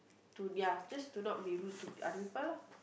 to ya just to not be rude to other people lah